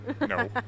No